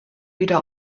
wieder